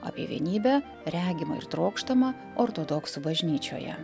apie vienybę regimą ir trokštamą ortodoksų bažnyčioje